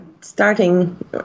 starting